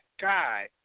guy